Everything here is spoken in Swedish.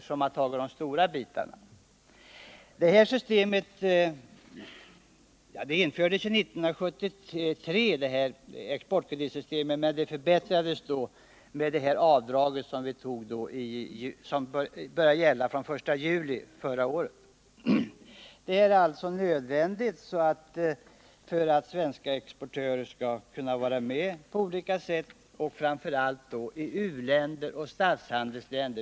Exportkreditsystemet infördes redan 1973, och det har förbättrats genom det avdrag som infördes från den 1 juli förra året. Systemet är nödvändigt för att svenska exportörer skall kunna göra sig gällande på exportmarknaden, framför allt då i fråga om u-länder och statshandelsländer.